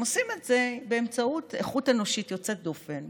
הם עושים את זה באמצעות איכות אנושית יוצאת דופן,